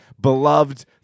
beloved